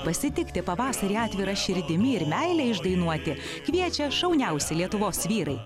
pasitikti pavasarį atvira širdimi ir meilę išdainuoti kviečia šauniausi lietuvos vyrai